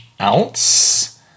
ounce